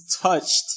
touched